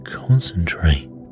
concentrate